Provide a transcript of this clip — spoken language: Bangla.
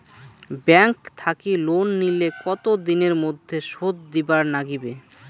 ব্যাংক থাকি লোন নিলে কতো দিনের মধ্যে শোধ দিবার নাগিবে?